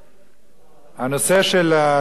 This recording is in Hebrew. הנושא של השידור הציבורי